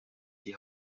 die